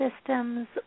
systems